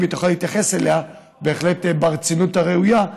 והיא תוכל להתייחס אליה ברצינות הראויה,